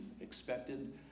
expected